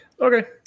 Okay